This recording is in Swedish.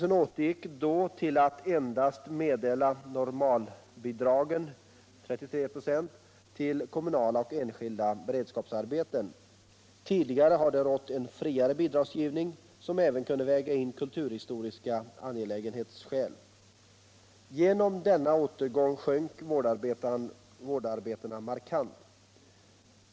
AMS återgick då till att endast meddela normalbidrag — 33 "4 — till kommunala och enskilda beredskapsarbeten. Tidigare har rått en friare bidragsgivning som även kunde väga in kulturhistoriska angelägenhetsskäl. Genom återgången sjönk vårdarbetena markant.